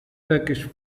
turkish